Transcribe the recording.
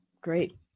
Great